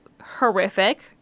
Horrific